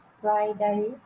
Friday